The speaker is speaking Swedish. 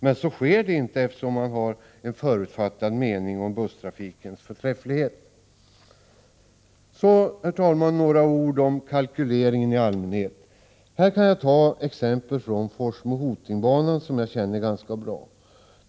Men så sker inte, eftersom man har en förutfattad mening om busstrafikens förträfflighet. Herr talman! Några ord om kalkyleringen i allmänhet. Här kan jag ta exempel från Forsmo-Hoting-banan, som jag känner till ganska bra.